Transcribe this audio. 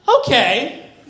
okay